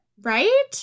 right